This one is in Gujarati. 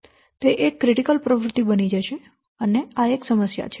તે એક ક્રિટિકલ પ્રવૃત્તિ બની જશે અને આ એક સમસ્યા છે